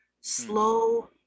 slow